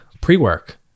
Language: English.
pre-work